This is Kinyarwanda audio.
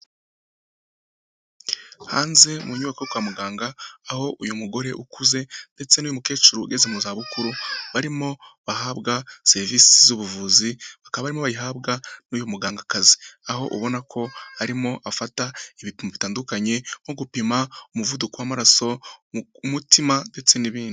Hanze mu nyubako yo kwa muganga, aho uyu mugore ukuze ndetse n'uyu mukecuru ugeze mu zabukuru, barimo bahabwa serivisi z'ubuvuzi bakaba barimo bayihabwa n'uyu mugangakazi, aho ubona ko arimo afata ibipimo bitandukanye nko gupima umuvuduko w'amaraso mu mutima ndetse n'ibindi.